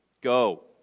Go